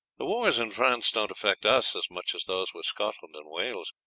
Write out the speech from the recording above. the wars in france don't affect us as much as those with scotland and wales.